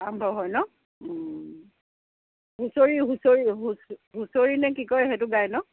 আৰম্ভ হয় ন হুঁচৰি হুঁচৰি হুঁচৰি নে কি কয় সেইটো গাই ন